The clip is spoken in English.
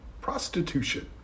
Prostitution